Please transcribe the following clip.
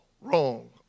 wrong